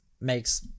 makes